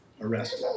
arrested